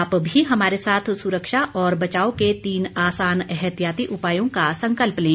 आप भी हमारे साथ सुरक्षा और बचाव के तीन आसान एहतियाती उपायों का संकल्प लें